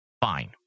fine